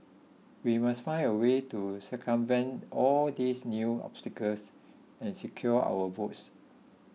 we must find a way to circumvent all these new obstacles and secure our votes